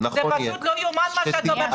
זה פשוט לא יאומן למה שאתה אומר עכשיו,